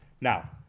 now